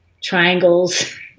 triangles